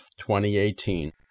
2018